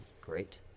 great